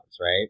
right